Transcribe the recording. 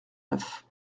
neuf